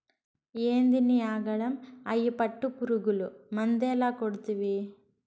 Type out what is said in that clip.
ఏందినీ ఆగడం, అయ్యి పట్టుపురుగులు మందేల కొడ్తివి